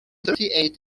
making